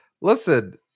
Listen